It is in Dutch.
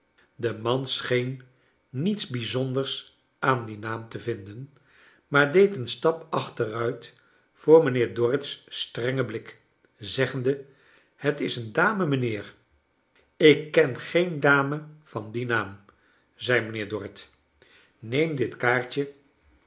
de man scheen niets bijzonders aan dien naam te vinden maar deed een stap achteruit voor mijnheer dorrit's strengen blik zeggende het is een dame mijnheer ik ken geen dame van dien naam zei mijnheer dorrit neem dit kaartje